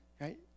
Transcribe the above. right